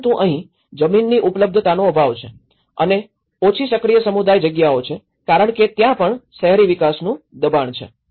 પરંતુ અહીં જમીનની ઉપલબ્ધતાનો અભાવ છે અને ઓછી સક્રિય સમુદાય જગ્યાઓ છે કારણ કે ત્યાં પણ શહેરી વિકાસનું દબાણ છે